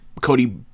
Cody